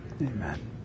Amen